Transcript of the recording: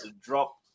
drop